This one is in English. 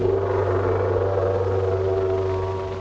or